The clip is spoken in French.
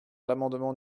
l’amendement